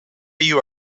you